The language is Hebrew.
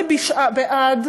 אני בעד